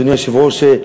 אדוני היושב-ראש,